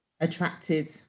attracted